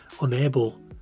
unable